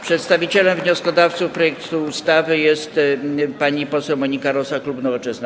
Przedstawicielem wnioskodawców projektu ustawy jest pani poseł Monika Rosa, klub Nowoczesna.